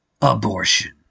abortion